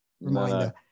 reminder